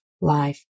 life